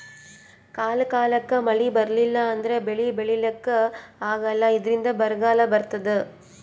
ಕಾಲ್ ಕಾಲಕ್ಕ್ ಮಳಿ ಬರ್ಲಿಲ್ಲ ಅಂದ್ರ ಬೆಳಿ ಬೆಳಿಲಿಕ್ಕ್ ಆಗಲ್ಲ ಇದ್ರಿಂದ್ ಬರ್ಗಾಲ್ ಬರ್ತದ್